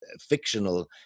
fictional